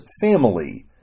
family